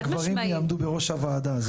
יהיו שרות ביטחון והגברים יעמדו בראש הוועדה הזאת.